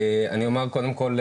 אני אומר קודם כל,